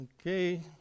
Okay